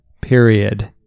period